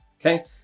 okay